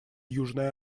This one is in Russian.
южной